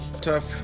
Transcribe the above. Tough